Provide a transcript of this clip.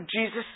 Jesus